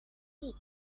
pit